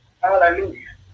Hallelujah